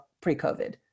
pre-COVID